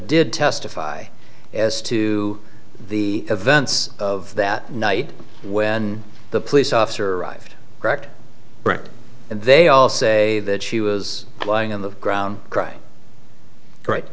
did testify as to the events of that night when the police officer arrived correct and they all say that she was lying on the ground crying right